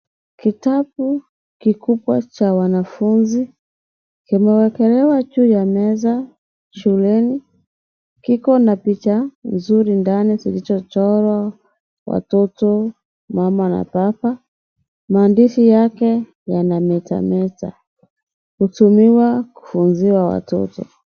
Kitabu kikubwa cha wanafunzi kimewekelewa juu ya meza shuleni kiko na picha nzuri ndani ilichochorwa watoto mama na baba maandishi yake yana metameta hutumiwa kufunzia watoto.